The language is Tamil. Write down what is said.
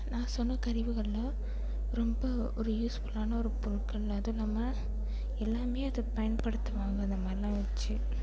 நான் சொன்ன கழிவுகள்லாம் ரொம்ப ஒரு யூஸ்ஃபுல்லான ஒரு பொருட்கள் அதுவும் இல்லாமல் எல்லாமே அது பயன்படுத்துவாங்க அந்தமாதிரிலாம் வச்சி